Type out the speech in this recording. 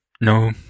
no